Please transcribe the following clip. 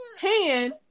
hand